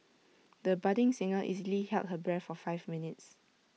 the budding singer easily held her breath for five minutes